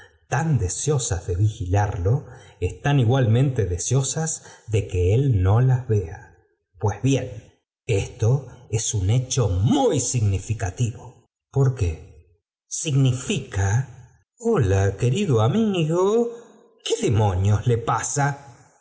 tan deseosas de vigilarlo están igualmente deseosas de quo él no las vea pues bien esta és un hecho muy significativo porqué significa jhola querido amigo qué demonios le pasa